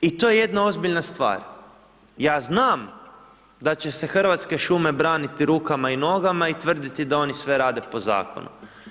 I to je jedna ozbiljna stvar, ja znam da će se Hrvatske šume braniti rukama i nogama i tvrditi da oni sve rade po zakonu.